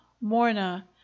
Morna